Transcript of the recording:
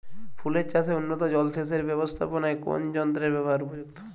ফুলের চাষে উন্নত জলসেচ এর ব্যাবস্থাপনায় কোন যন্ত্রের ব্যবহার উপযুক্ত?